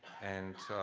and